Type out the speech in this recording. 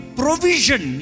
provision